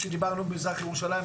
כשדיברנו על מזרח ירושלים,